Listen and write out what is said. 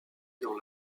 dans